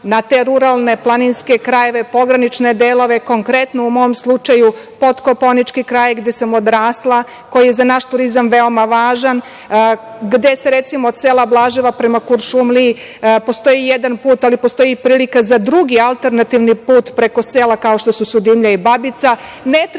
na te ruralne planinske krajeve, pogranične delove, konkretno u mom slučaju Podkopaonički kraj gde sam odrasla, koji je za naš turizam veoma važan, gde recimo od sela Blaževa prema Kuršumliji postoji jedan put, ali postoji i prilika za drugi alternativni put preko sela, kao što su Sudimlja i Babica.